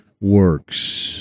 works